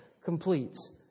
completes